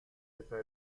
پسر